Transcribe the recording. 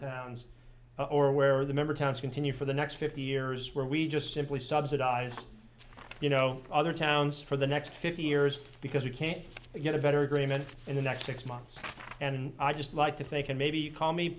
towns or where the member towns continue for the next fifty years where we just simply subsidize you know other towns for the next fifty years because you can't get a better agreement in the next six months and i just like to think and maybe call me